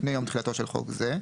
לפני יום תחילתו של חוק זה,